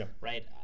right